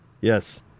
Yes